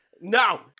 no